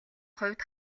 хувьд